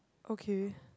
okay